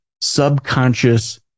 subconscious